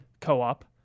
co-op